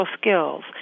skills